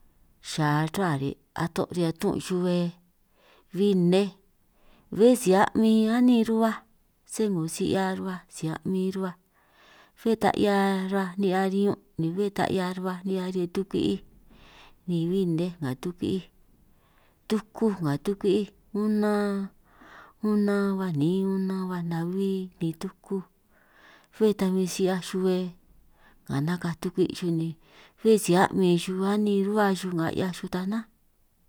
Xa' chuhua re' ato' riñan tún xuhue bin nnej bé si a'min anin ruhuaj, sé 'ngo si 'hiaj ruhuaj si a'min ruhuaj bé ta 'hiaj ruhuaj ni'hia riñun', ni bé ta 'hia ni'hia riñan tukwi'ij ni bin nnej nga tukwi'ij, tukuj nga tukwi'ij unan unan ba niinj unan baj nahuij ni tukuj, bé ta min si 'hiaj xuhue nga nakaj tukwij xuj ni bé si a'min xuj anin ruhua xuj, nga 'hiaj xuj ta nánj.